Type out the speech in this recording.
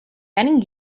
many